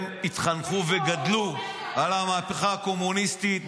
הם התחנכו וגדלו על המהפכה הקומוניסטית.